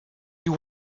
you